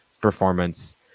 performance